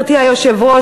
גברתי היושבת-ראש,